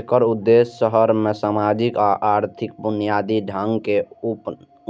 एकर उद्देश्य शहर मे सामाजिक आ आर्थिक बुनियादी ढांचे के